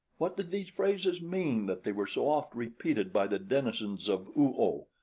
what did these phrases mean that they were so oft repeated by the denizens of oo-oh?